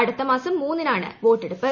അടുത്തമാസം മൂന്നിനാണ് വോട്ടെടുപ്പ്